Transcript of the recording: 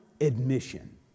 admission